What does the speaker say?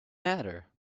matter